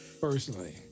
Personally